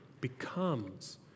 becomes